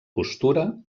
costura